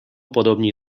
podobni